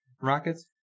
rockets